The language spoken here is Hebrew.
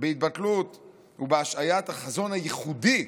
בהתבטלות ובהשעיית החזון הייחודי,